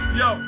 yo